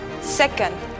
Second